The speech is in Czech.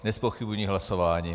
Nezpochybňuji hlasování.